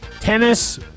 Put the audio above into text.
tennis